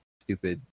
stupid